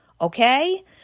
okay